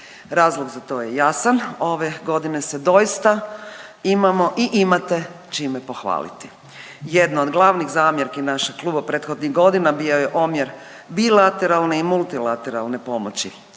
Razlog za to je jasan. Ove godine se doista imamo i imate čime pohvaliti. Jedna od glavnih zamjerki našeg kluba prethodnih godina bio je omjer bilateralne i multilateralne pomoći.